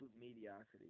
mediocrity